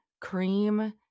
cream